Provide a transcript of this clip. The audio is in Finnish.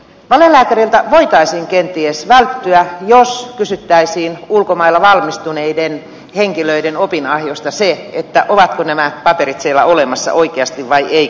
valelääkäreiltä voitaisiin kenties välttyä jos kysyttäisiin ulkomailla valmistuneiden henkilöiden opinahjosta ovatko nämä paperit siellä olemassa oikeasti vai eivätkö ole